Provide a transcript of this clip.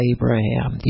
Abraham